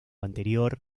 anterior